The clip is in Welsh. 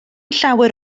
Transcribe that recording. llawer